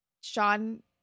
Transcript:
Sean